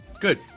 Good